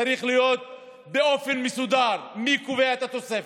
צריך להיות באופן מסודר: מי קובע את התוספת?